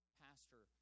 pastor